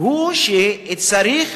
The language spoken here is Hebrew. צריך